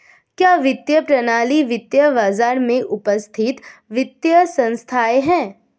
क्या वित्तीय प्रणाली वित्तीय बाजार में उपस्थित वित्तीय संस्थाएं है?